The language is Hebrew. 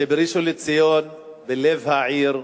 שבראשון-לציון, בלב העיר,